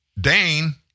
Dane